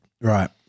Right